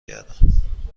گردم